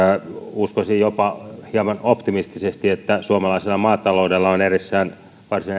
uskoisin jopa hieman optimistisesti että suomalaisella maataloudella on edessään varsinainen